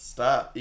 Stop